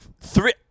three